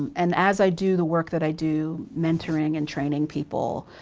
and as i do the work that i do, mentoring and training people,